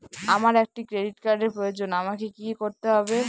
আমার একটি ক্রেডিট কার্ডের প্রয়োজন আমাকে কি করতে হবে?